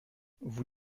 vous